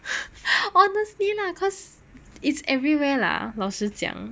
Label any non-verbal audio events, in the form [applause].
[breath] honestly lah cause it's everywhere lah 老实讲